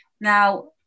Now